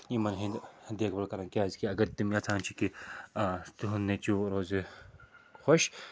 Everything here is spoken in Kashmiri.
یِمَن ہٕنٛدۍ دیکھ بال کَران کیٛازِِکہِ اگر تِم یَژھان چھِ کہِ تِہُنٛد نیٚچوٗ روزِ خۄش